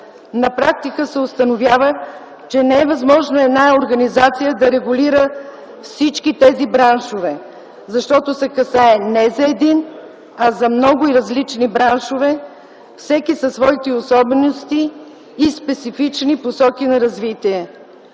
На практика се установява, че не е възможно една организация да регулира всички браншове, защото се касае не за един, а за много и различни браншове, всеки със своите особености и специфични посоки на развитие.